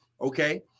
Okay